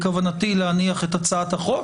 בכוונתי להניח את הצעת החוק.